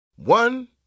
One